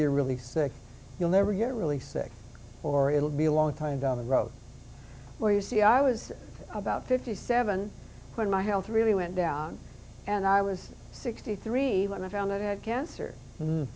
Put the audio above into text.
you're really sick you'll never get really sick or it'll be a long time down the road where you see i was about fifty seven when my health really went down and i was sixty three when i found that i had cancer